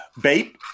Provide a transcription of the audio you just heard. Bape